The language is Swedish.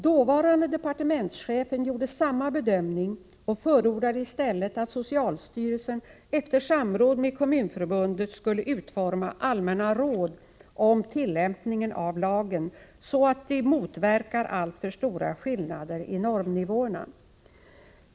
Dåvarande departementschefen gjorde samma bedömning och förordade i stället att socialstyrelsen efter samråd med Kommunförbundet skulle utforma allmänna råd om tillämpningen av lagen, så att de motverkar alltför stora skillnader i normnivåerna.